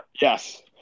Yes